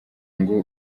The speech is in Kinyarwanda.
ngo